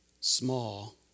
small